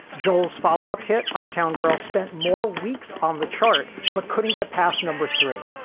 joel's follow up hit uptown girl spent more weeks on the chart but couldn't get past number three,